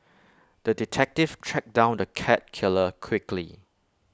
the detective tracked down the cat killer quickly